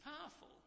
powerful